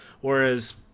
Whereas